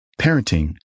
parenting